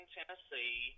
Tennessee